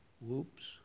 Whoops